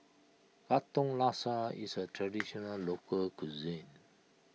Katong Laksa is a Traditional Local Cuisine